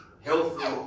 healthy